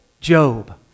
Job